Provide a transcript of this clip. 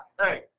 Hey